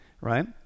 right